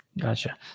gotcha